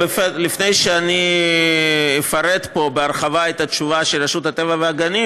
לפני שאני אפרט בהרחבה את התשובה של רשות הטבע והגנים,